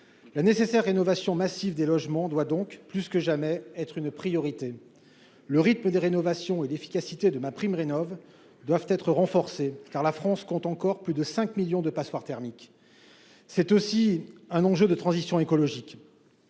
la nécessaire rénovation massive des logements doit donc plus que jamais être une priorité, le rythme de rénovation et d'efficacité de MaPrimeRénov'doivent être renforcés, car la France compte encore plus de 5 millions de passoires thermiques, c'est aussi un enjeu de transition écologique